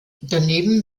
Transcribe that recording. daneben